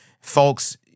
Folks